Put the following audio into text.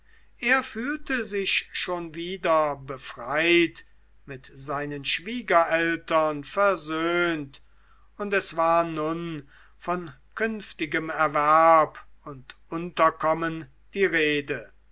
er fühlte sich schon wieder befreit mit seinen schwiegereltern versöhnt und es war nun von künftigem erwerb und unterkommen die rede